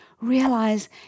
realize